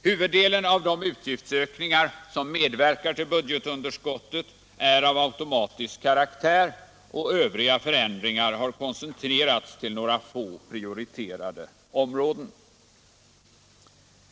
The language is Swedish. Huvuddelen av de utgiftsökningar som medverkar till budgetunderskottet är av automatisk karaktär, och övriga förändringar har koncentrerats till några få prioriterade områden.